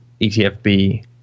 ETFB